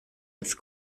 als